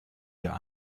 wir